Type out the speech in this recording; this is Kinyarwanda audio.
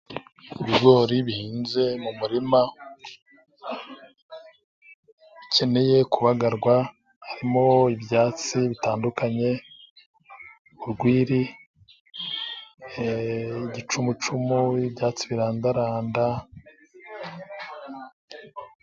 Ibigori bihinze mu murima bikeneye kubagarwa. Harimo ibyatsi bitandukanye urwiri n'igicumucumu ibyatsi birandaranda.